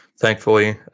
thankfully